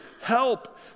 help